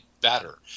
better